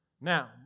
Now